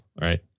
Right